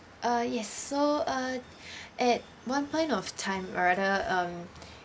uh yes so uh at one point of time rather um